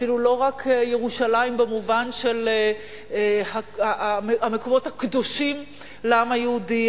אפילו לא רק ירושלים במובן של המקומות הקדושים לעם היהודי,